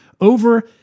over